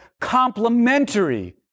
complementary